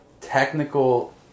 technical